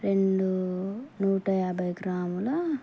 రెండు నూట యాభై గ్రాముల